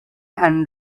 and